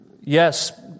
yes